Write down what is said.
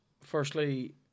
firstly